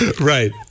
right